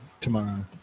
tomorrow